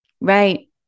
right